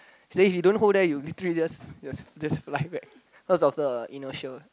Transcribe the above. say if you don't hold that you literally just just just fly back cause of the inertia what